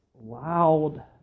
loud